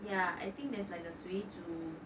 ya I think there's like a 水煮